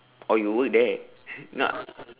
oh you work there no